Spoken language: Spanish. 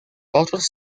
otros